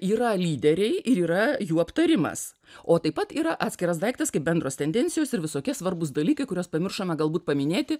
yra lyderiai ir yra jų aptarimas o taip pat yra atskiras daiktas kaip bendros tendencijos ir visokie svarbūs dalykai kuriuos pamiršome galbūt paminėti